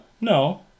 No